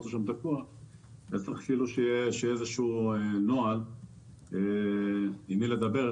צריך שיהיה נוהל עם מי לדבר,